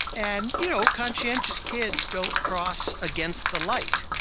and, you know, conscientious kids don't cross against the light,